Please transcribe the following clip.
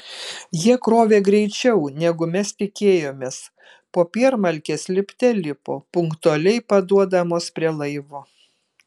jie krovė greičiau negu mes tikėjomės popiermalkės lipte lipo punktualiai paduodamos prie laivo